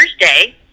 Thursday